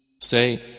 Say